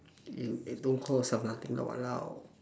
you eh don't call yourself nothing ah !walao!